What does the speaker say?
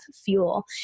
fuel